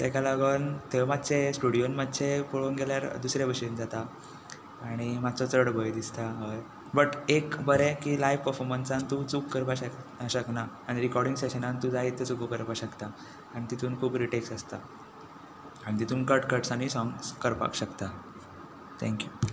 ताका लागून थंय मातशे स्टुडिओंत मातशें पळोवंक गेल्यार दुसरे भशेन जाता आनी मातसो चड भंय दिसता हय बट एक बरें की लायव पफोमंसान तूं चूक करपाक शकना आनी रिकोडींग सेशनान तूं जायत्यो चुकी करपा शकता आनी तातूंत खूब रिटेक्स आसता आनी तातूंत कट्स कट्सांनी सोंग करपाक शकता थँक्यू